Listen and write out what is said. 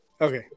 Okay